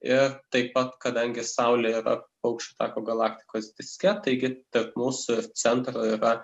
ir taip pat kadangi saulė yra paukščių tako galaktikos diske taigi tarp mūsų centro yra